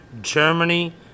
Germany